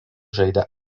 žaidė